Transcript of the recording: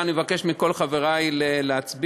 אני מבקש מכל חברי להצביע.